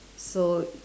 so